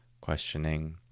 questioning